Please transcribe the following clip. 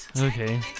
Okay